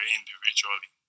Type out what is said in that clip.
individually